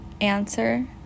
answer